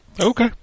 Okay